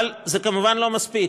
אבל זה כמובן לא מספיק.